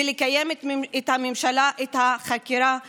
ולקיים את החקירה שלו.